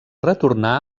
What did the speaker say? retornar